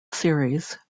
series